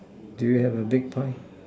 do you have a big pie